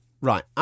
Right